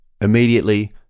Immediately